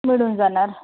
मिळून जाणार